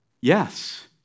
yes